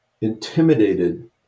intimidated